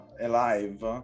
alive